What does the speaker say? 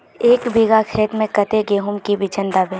एक बिगहा खेत में कते गेहूम के बिचन दबे?